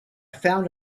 found